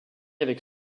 avec